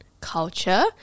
culture